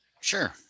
sure